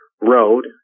road